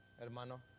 hermano